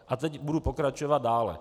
A teď budu pokračovat dále.